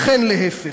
וכן להפך".